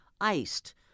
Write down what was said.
iced